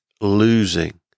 losing